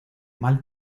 mal